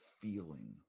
feeling